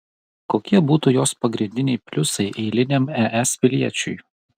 kokie būtų jos pagrindiniai pliusai eiliniam es piliečiui